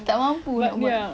tak mampu nak buat